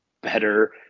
better